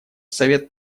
совет